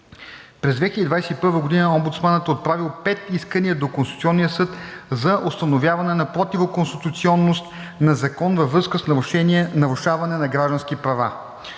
През 2021 г. омбудсманът е отправил пет искания до Конституционния съд за установяване на противоконституционност на закон във връзка с нарушаване на граждански права.